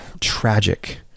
tragic